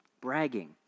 bragging